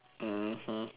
mmhmm